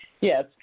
Yes